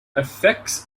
effects